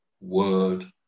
word